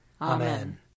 Amen